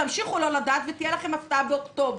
תמשיכו לא לדעת ותהיה לכם הפתעה באוקטובר.